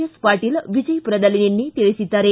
S Patil ವಿಜಯಪುರದಲ್ಲಿ ನಿನ್ನೆ ತಿಳಿಸಿದ್ದಾರೆ